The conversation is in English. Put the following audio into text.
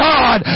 God